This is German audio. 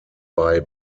bei